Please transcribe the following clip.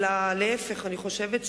אלא להיפך,